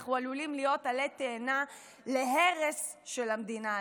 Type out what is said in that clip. ואנחנו עלולים להיות עלה תאנה להרס של המדינה,